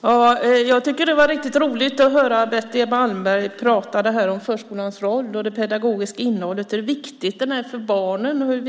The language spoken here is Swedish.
Fru talman! Jag tycker att det var riktigt roligt att höra Betty Malmberg prata om förskolans roll och hur viktigt det pedagogiska innehållet är för barnen